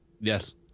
Yes